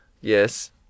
Yes